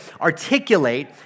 articulate